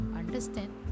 understand